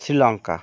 Sri Lanka